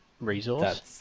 resource